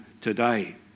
today